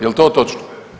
Jel to točno?